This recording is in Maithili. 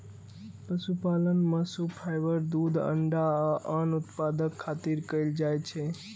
पशुपालन मासु, फाइबर, दूध, अंडा आ आन उत्पादक खातिर कैल जाइ छै